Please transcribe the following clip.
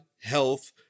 health